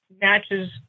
matches